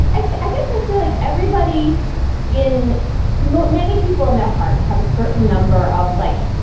i guess i feel like everybody in many people in their hearts have a certain number of like